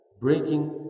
breaking